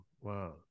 wow